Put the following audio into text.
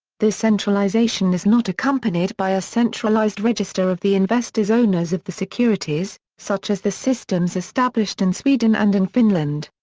this centralization is not accompanied by a centralized register of the investors owners of the securities, such as the systems established in sweden and in finland.